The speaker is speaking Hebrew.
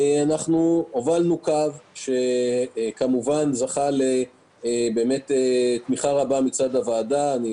הובלנו קו שזכה באמת לתמיכה רבה מצד הוועדה אני